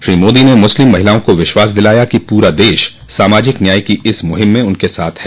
श्री मोदी ने मुस्लिम महिलाओं को विश्वास दिलाया कि पूरा देश सामाजिक न्याय की इस मुहिम में उनके साथ है